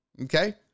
okay